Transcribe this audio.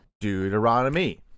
Deuteronomy